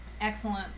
Excellent